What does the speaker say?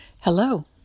Hello